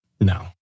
No